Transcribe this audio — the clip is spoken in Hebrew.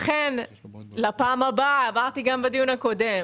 כפי שאמרתי גם בדיון הקודם,